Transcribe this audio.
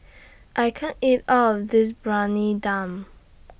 I can't eat All of This Briyani Dum